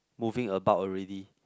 moving about already